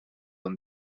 and